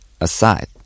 aside